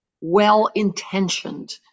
well-intentioned